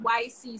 yc